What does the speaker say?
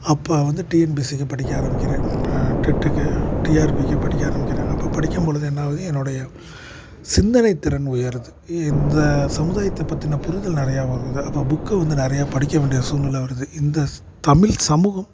அப்போ வந்து டிஎன்பிஎஸ்சிக்கு படிக்க ஆரம்பிக்கிறேன் ப இப்போ டெட்டுக்கு டிஆர்பிக்கு படிக்க ஆரம்பிக்கிறேன் அப்போ படிக்கும் பொழுது என்னாகுது என்னுடைய சிந்தனைத் திறன் உயருது இந்த சமுதாயத்தைப் பற்றின புரிதல் நிறையா வருது அப்போ புக்கை வந்து நிறையா படிக்க வேண்டிய சூழ்நில வருது இந்த தமிழ் சமூகம்